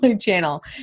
channel